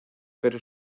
pero